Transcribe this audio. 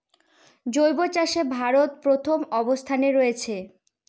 জৈব চাষে ভারত প্রথম অবস্থানে রয়েছে